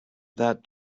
that